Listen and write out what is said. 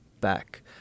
back